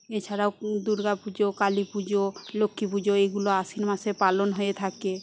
এছাড়াও দুর্গাপুজো কালীপুজো লক্ষ্মীপুজো এইগুলো আশ্বিন মাসে পালন হয়ে থাকে